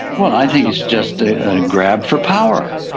well, i think it's just a grab for power,